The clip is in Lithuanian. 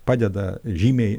padeda žymiai